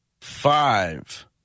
five